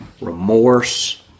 Remorse